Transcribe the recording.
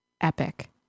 epic